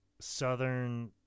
southern